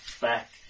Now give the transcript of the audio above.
back